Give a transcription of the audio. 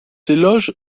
loges